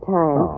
time